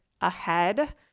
ahead